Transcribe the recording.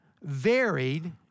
varied